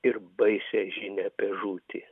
ir baisią žinią apie žūtį